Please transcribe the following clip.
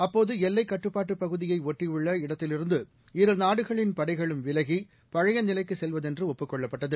அப்போது எல்லைக் கட்டுப்பாட்டு பகுதியை ஒட்டியுள்ள இடத்திலிருந்து இருநாடுகளின் படைகளும் விலகி பழைய நிலைக்கு செல்வதென்று ஒப்புக் கொள்ளப்பட்டது